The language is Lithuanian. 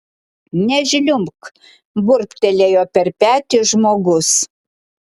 nežliumbk burbtelėjo per petį žmogus